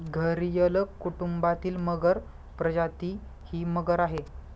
घरियल कुटुंबातील मगर प्रजाती ही मगर आहे